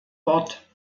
wort